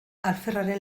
alferraren